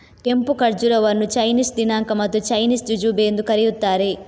ಕೆಂಪು ಖರ್ಜೂರವನ್ನು ಚೈನೀಸ್ ದಿನಾಂಕ ಮತ್ತು ಚೈನೀಸ್ ಜುಜುಬೆ ಎಂದೂ ಕರೆಯುತ್ತಾರೆ